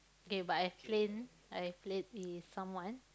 okay but I plain I played with someone